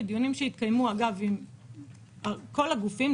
ודיונים שהתקיימו אגב עם כל הגופים,